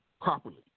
properly